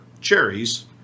cherries